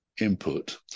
input